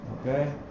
okay